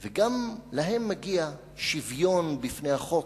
וגם להם מגיע שוויון בפני החוק,